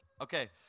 Okay